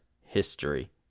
history